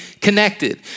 connected